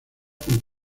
con